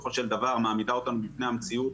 בסופו של דבר מעמידה אותנו בפני המציאות,